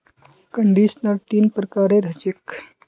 conditioner तीन प्रकारेर ह छेक